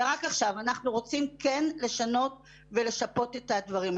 ורק עכשיו אנחנו רוצים כן לשנות ולשפות את הדברים.